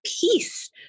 peace